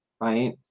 right